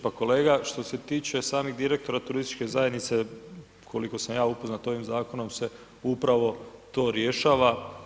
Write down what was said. Pa kolega što se tiče samih direktora turističke zajednice koliko sam ja upoznat ovim zakonom se upravo to rješava.